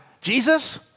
Jesus